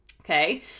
Okay